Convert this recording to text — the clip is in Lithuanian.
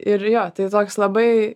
ir jo tai toks labai